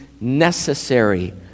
necessary